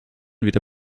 wieder